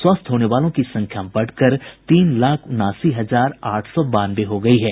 स्वस्थ होने वालों की संख्या बढ़कर तीन लाख उन्यासी हजार आठ सौ बानवे हो गयी है